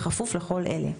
ובכפוף לכל אלה: